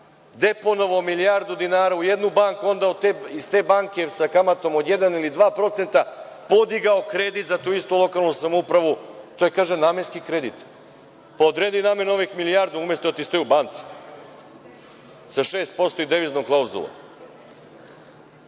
deponovao milijardu dinara u jednu banku, onda je iz te banke sa kamatom od 1 ili 2% podigao kredit za tu istu lokalnu samoupravu? To je, kaže, namenski kredit. Pa odredi namenu ovih milijardu, umesto da ti stoje u banci, sa 6% i deviznom klauzulom. Znači,